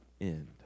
end